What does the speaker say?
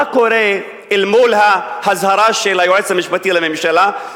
מה קורה אל מול האזהרה של היועץ המשפטי לממשלה?